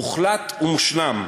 מוחלט ומושלם,